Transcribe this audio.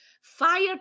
fire